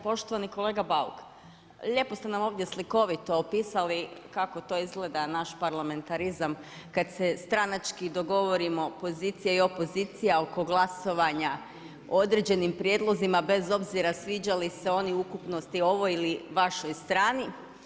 Poštovani kolega Bauk, lijepo ste nam ovdje slikovito opisali kako to izgleda naš parlamentarizam, kad se stranački dogovorimo pozicije i opozicija oko glasovanja o određenim prijedlozima, bez obzira sviđali se oni u ukupnosti ovoj ili vašoj strani.